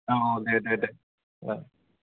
औ दे दे दे औ